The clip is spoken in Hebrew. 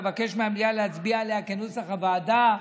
ואבקש מהמליאה להצביע עליה כנוסח הוועדה.